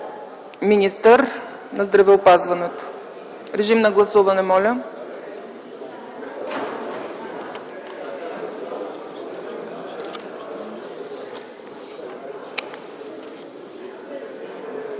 министър на здравеопазването.” Режим на гласуване по